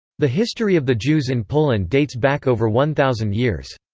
the history of the jews in poland dates back over one thousand years.